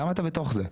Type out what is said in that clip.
למה אתה בתוך זה?